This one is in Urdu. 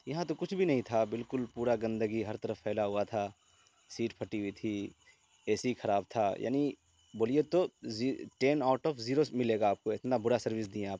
یہاں تو کچھ بھی نہیں تھا بالکل پورا گندگی ہر طرف پھیلا ہوا تھا سیٹ پھٹی ہوئی تھی اے سی خراب تھا یعنی بولیے تو ٹین آؤٹ آف زیرو ملے گا آپ کو اتنا برا سروس دیے ہیں آپ